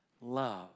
love